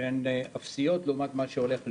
הן אפסיות לעומת מה שהולך להיות,